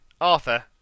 Arthur